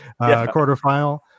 quarterfinal